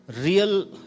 real